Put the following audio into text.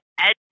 ed